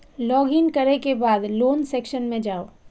log in करै के बाद लोन सेक्शन मे जाउ